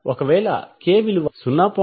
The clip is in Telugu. ఒకవేళ k విలువ 0